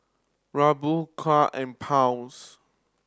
Ruble Kyat and Pound